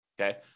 Okay